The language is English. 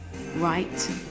right